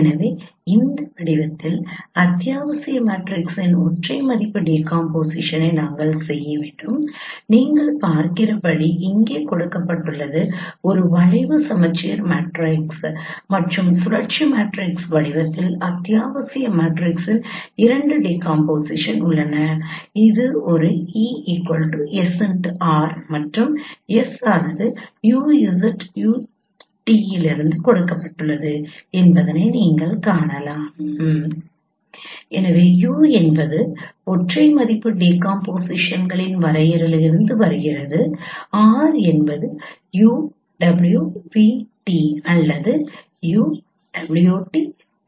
எனவே இந்த வடிவத்தில் அத்தியாவசிய மேட்ரிக்ஸின் ஒற்றை மதிப்பு டீகாம்போசிஷனை நாங்கள் செய்ய வேண்டும் நீங்கள் பார்க்கிறபடி இங்கே கொடுக்கப்பட்டுள்ளது ஒரு வளைவு சமச்சீர் மேட்ரிக்ஸ் மற்றும் சுழற்சி மேட்ரிக்ஸ் வடிவத்தில் அத்தியாவசிய மேட்ரிக்ஸின் இரண்டு டீகாம்போசிஷன் உள்ளன இது ஒரு E SR மற்றும் S UZUT இலிருந்து கொடுக்கப்பட்டுள்ளது என்பதை நீங்கள் காணலாம் எனவே U என்பது ஒற்றை மதிப்பு டீகாம்போசிஷன்களின் வரையறையிலிருந்து வருகிறது மற்றும் R என்பது UWVT அல்லது UWTVT ஆகும்